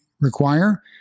require